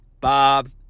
Bob